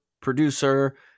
producer